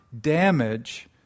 damage